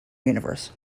universe